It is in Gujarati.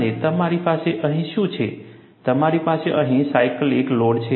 અને તમારી પાસે અહીં શું છે મારી પાસે અહીં સાયકલીકલ લોડ છે